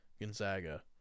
Gonzaga